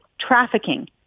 trafficking